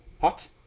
Hot